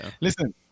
Listen